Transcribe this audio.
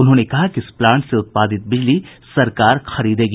उन्होंने कहा कि इस प्लांट से उत्पादित बिजली सरकार खरीदेगी